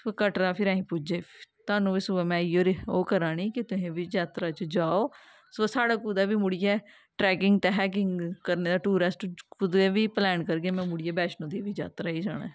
फिर कटरा फिर असीं पुज्जे तोआनू तां गै में इ'यो करा नी कि तुसीं बी जात्तरा च जाओ सग्गो साढ़ा कुतै बी मुड़ियै ट्रैेकिंग ते हैंकिंग करने दा टूरैस्ट कुदै बी प्लैन करगे में मुड़ियै बैष्णो देवी जातरा ही जाना ऐ